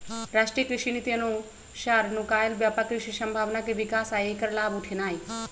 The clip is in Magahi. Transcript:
राष्ट्रीय कृषि नीति अनुसार नुकायल व्यापक कृषि संभावना के विकास आ ऐकर लाभ उठेनाई